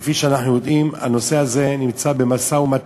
כפי שאנחנו יודעים, הנושא הזה נמצא במשא-ומתן.